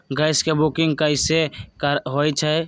Gas के booking कैसे होईछई?